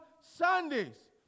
Sundays